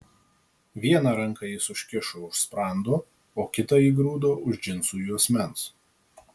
vieną ranką jis užsikišo už sprando o kitą įgrūdo už džinsų juosmens